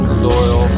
soil